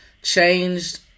changed